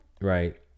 Right